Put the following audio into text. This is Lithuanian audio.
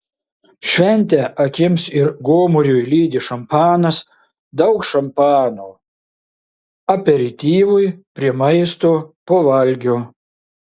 šventę akims ir gomuriui lydi šampanas daug šampano aperityvui prie maisto po valgio